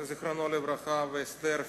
זיכרונו לברכה, ואסתר פירה,